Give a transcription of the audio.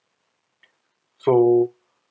so